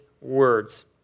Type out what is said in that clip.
words